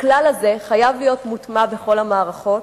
והכלל הזה חייב להיות מוטמע בכל המערכות.